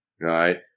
right